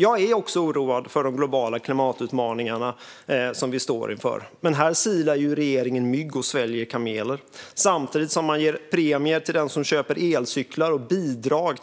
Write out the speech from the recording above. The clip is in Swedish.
Jag är också oroad över de globala klimatutmaningar som vi står inför, men här silar regeringen mygg och sväljer kameler. Samtidigt som man ger premier till dem som köper elcyklar och ger bidrag